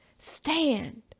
Stand